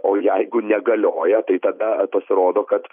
o jeigu negalioja tai tada pasirodo kad